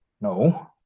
No